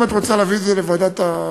אם את רוצה להעביר את זה לוועדת החינוך,